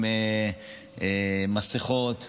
עם מסכות.